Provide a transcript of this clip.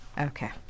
Okay